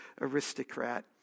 aristocrat